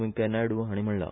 वैकय्या नायड्ड हाणी म्हणला